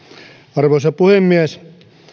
arvoisa puhemies